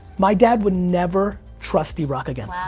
my dad would never trust drock again. wow.